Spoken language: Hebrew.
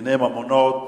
בדיני ממונות,